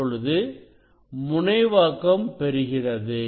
இப்பொழுது முனைவாக்கம் பெறுகிறது